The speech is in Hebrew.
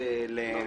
האם